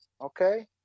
okay